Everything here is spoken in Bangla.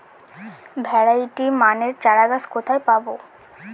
ভ্যারাইটি মানের চারাগাছ কোথায় পাবো?